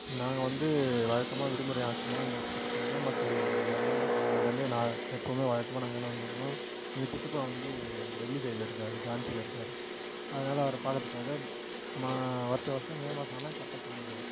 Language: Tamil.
நாங்கள் வந்து வழக்கமாக விடுமுறையாச்சுன்னால் இந்த இந்த மே மாதம் லீவ் வருதில்ல மே மாதம் லீவ் வந்தாலே நான் எப்பவுமே வழக்கமாக நாங்கள் என்ன வந்திருந்தோம் எங்கள் சித்தப்பா வந்து டெல்லி சைடில் இருக்கார் ஜான்சியில் இருக்கார் அதனால் அவரை பார்க்கறதுக்காக நான் வருஷா வருஷம் மே மாதம் ஆனால் கரெட்டாக கிளம்பிடுவோம்